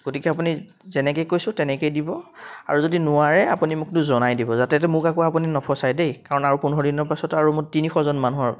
গতিকে আপুনি যেনেকৈ কৈছোঁ তেনেকৈয়ে দিব আৰু যদি নোৱাৰে আপুনি মোকতো জনাই দিব যাতে মোক আকৌ আপুনি নফচায় দেই কাৰণ আৰু পোন্ধৰ দিনৰ পাছত আৰু মোক তিনিশজন মানুহৰ